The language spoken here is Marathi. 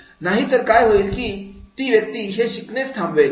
नाही तर काय होईल किती व्यक्ती हे शिकणेच थांबवेल